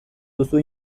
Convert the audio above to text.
duzu